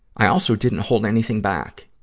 i also didn't hold anything back.